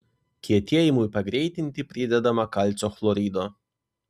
kietėjimui pagreitinti pridedama kalcio chlorido